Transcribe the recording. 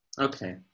Okay